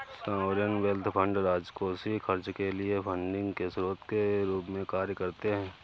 sovereign wealth fund राजकोषीय खर्च के लिए फंडिंग के स्रोत के रूप में कार्य करते हैं